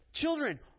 Children